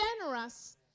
generous